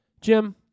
Jim